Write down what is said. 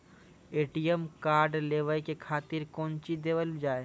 ATM card लेवे के खातिर कौंची देवल जाए?